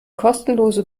kostenlose